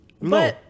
No